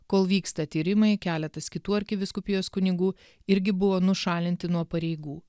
kol vyksta tyrimai keletas kitų arkivyskupijos kunigų irgi buvo nušalinti nuo pareigų